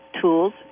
tools